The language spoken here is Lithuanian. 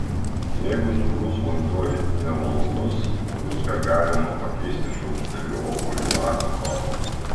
jeigu sūrus vanduo itin nemalonus druską galima pakeisti šaukšteliu obuolių acto